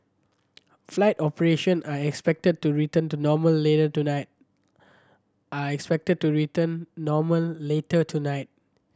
flight operation are expected to return to normal later tonight